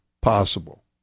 possible